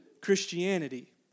Christianity